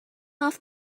off